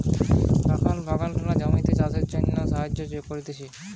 রাখাল বাগলরা জমিতে চাষের জিনে সাহায্য করতিছে